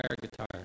guitar